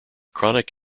chronic